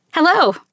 Hello